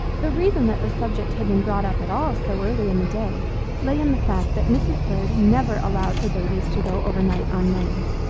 the reason that the subject had been brought up at all so early in the day lay in the fact that mrs. bird never allowed her babies to go over night unnamed.